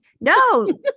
No